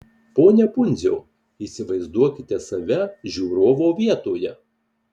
pone pundziau įsivaizduokite save žiūrovo vietoje